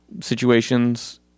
situations